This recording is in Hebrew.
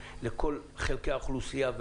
לתת לכל חלקי האוכלוסייה,